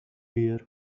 dear